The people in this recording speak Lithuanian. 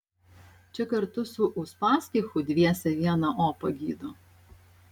čia kartu su uspaskichu dviese vieną opą gydo